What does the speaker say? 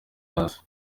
hasi